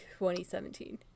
2017